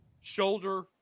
shoulder